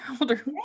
older